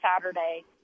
Saturday